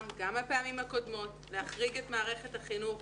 וגם בפעמים הקודמות להחריג את מערכת החינוך.